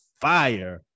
fire